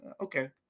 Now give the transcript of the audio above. Okay